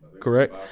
correct